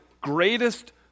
greatest